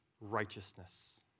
righteousness